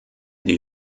die